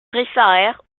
réfère